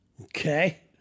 Okay